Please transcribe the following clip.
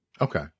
Okay